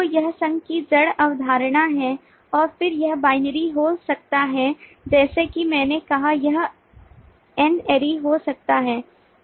तो यह संघ की जड़ अवधारणा है और फिर यह binary हो सकता है जैसा कि मैंने कहा या यह n ary हो सकता है